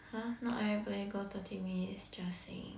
!huh! not everybody go thirty minutes just saying